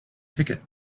ticket